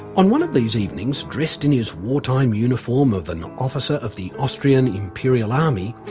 on one of these evenings, dressed in his wartime uniform of an officer of the austrian imperial army,